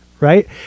right